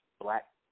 Black